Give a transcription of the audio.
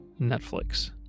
Netflix